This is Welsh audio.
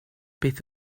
beth